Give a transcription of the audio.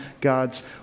God's